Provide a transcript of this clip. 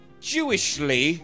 Jewishly